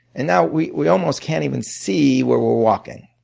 and now we we almost can't even see where we're walking.